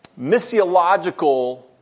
missiological